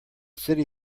city